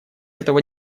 этого